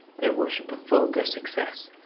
their worship of vulgar success,